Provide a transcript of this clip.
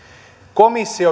komissio